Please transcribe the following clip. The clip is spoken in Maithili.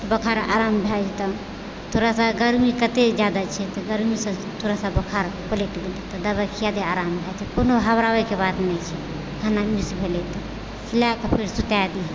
बुखार आराम भए जेतहु थोड़ा सा गर्मी कतेक ज्यादा छै तऽ गर्मीसँ थोड़ासा बुखार पलटि गेलै तऽ दवाइ खिया दियह आराम भऽ जेतहु कोनो घबराबयके बात नहि छै खाना मिस भेलै तऽ खिया कऽ फेर सुता दियौ